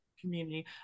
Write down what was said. community